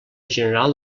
general